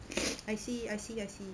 I see I see I see